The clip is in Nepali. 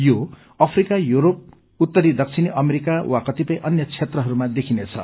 यो अफ्रिका यूरोप उत्तरी दक्षिणी अमेरिका वा कतिपय अन्य क्षेत्रहरूमा देखिनेछ